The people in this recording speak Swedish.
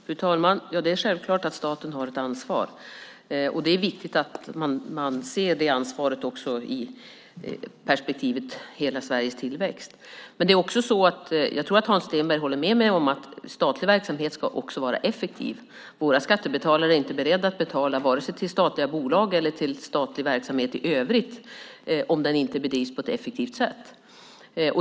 Fru talman! Det är självklart att staten har ett ansvar. Det är viktigt att man ser det ansvaret i perspektivet att det gäller hela Sveriges tillväxt. Jag tror att Hans Stenberg håller med mig om att statlig verksamhet också ska vara effektiv. Våra skattebetalare är inte beredda att betala till vare sig statliga bolag eller statlig verksamhet i övrigt om den inte bedrivs på ett effektivt sätt.